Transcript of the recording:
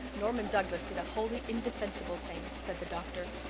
norman douglas did a wholly indefensible thing, said the doctor.